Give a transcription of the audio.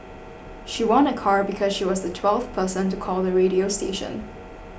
she won a car because she was the twelfth person to call the radio station